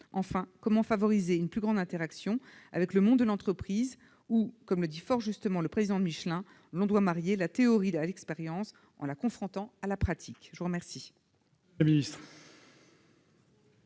Enfin, comment favoriser une plus grande interaction avec le monde de l'entreprise, où, comme le dit fort justement le président de Michelin, l'on doit marier la théorie à l'expérience en la confrontant à la pratique ? La parole